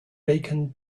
bacon